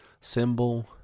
symbol